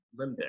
limbic